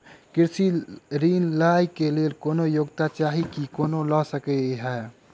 कृषि ऋण लय केँ लेल कोनों योग्यता चाहि की कोनो लय सकै है?